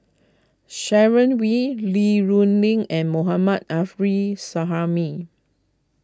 Sharon Wee Li Rulin and Mohammad Afri Suhaimi